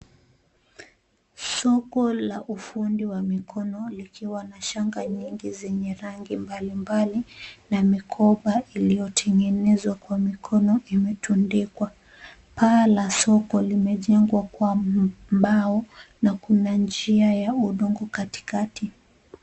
Soko la ufundi wa mikono likiwa na shanga nyingi zenye rangi mbalimbali na mikoba iliyotengenezwa kwa mikono imetundikwa. Paa la soko limejengwa kwa mbao na kuna njia ya udongo katikati.